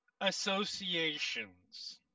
associations